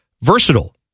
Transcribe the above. versatile